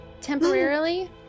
Temporarily